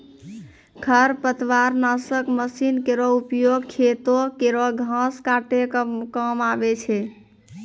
खरपतवार नासक मसीन केरो उपयोग खेतो केरो घास काटै क काम आवै छै